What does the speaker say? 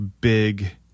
big